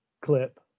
clip